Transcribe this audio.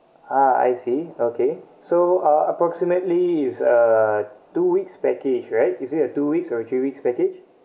ah I see okay so uh approximately is uh two weeks package right is it a two weeks or three weeks package